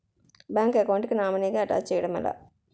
Bank account కి nominee గా attach చేయడం ఎలా?